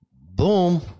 Boom